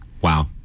Wow